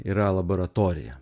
yra laboratorija